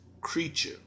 creature